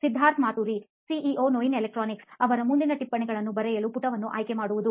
Siddharth Maturi CEO ನೋಯಿನ್ ಎಲೆಕ್ಟ್ರಾನಿಕ್ಸ್ಅವರ ಮುಂದಿನ ಟಿಪ್ಪಣಿಗಳನ್ನು ಬರೆಯಲು ಪುಟವನ್ನು ಆಯ್ಕೆ ಮಾಡುವುದು